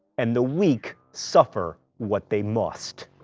and the weak suffer what they must.